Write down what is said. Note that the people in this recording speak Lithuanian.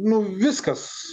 nu viskas